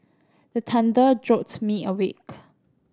the thunder jolt me awake